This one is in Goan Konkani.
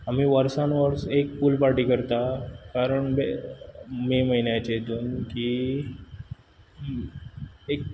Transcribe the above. आमी वर्सान वर्स एक पूल पार्टी करतात कारण मे मे म्हयन्याचे एक